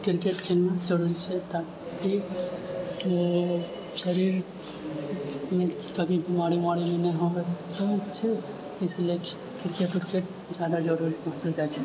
cricket खेलना जरूरी छै ताकि शरीरमे कभी बीमारी उमारी नहि होबै इसीलिए किरकेट उरकेट ज्यादा जरूरी मानल जाइ छै